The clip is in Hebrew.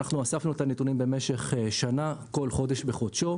אספנו את הנתונים במשך שנה, כל חודש בחודשו.